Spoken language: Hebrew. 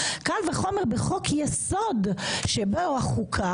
קל וחומר בחוק יסוד שבו החוקה,